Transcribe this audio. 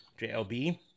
JLB